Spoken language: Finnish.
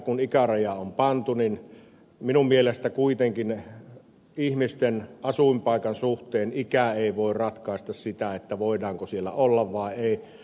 kun ikäraja on pantu niin minun mielestäni kuitenkaan ihmisten asuinpaikan suhteen ikä ei voi ratkaista sitä voidaanko siellä olla vai ei